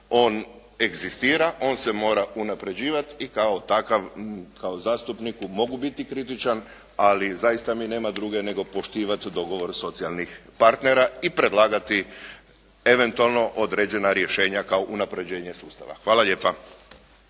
on egzistira, on se mora unapređivati i kao takav, kao zastupniku mogu biti kritičan, ali zaista mi nema druge nego poštivati dogovor socijalnih partnera i predlagati eventualno određena rješenja kao unapređenje sustava. Hvala lijepa.